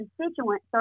constituent